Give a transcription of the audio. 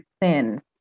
thin